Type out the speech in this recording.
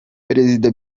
perezida